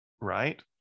right